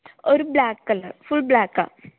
ഒരു black colour full ബ്ലാക്കാ